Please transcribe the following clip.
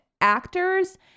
actors